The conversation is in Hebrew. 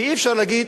ואי-אפשר להגיד,